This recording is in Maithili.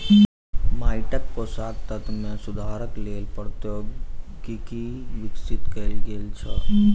माइटक पोषक तत्व मे सुधारक लेल प्रौद्योगिकी विकसित कयल गेल छै